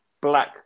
Black